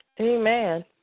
Amen